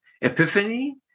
epiphany